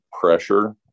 pressure